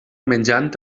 menjant